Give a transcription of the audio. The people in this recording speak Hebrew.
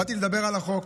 באתי לדבר על החוק,